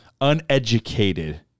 uneducated